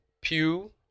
Pew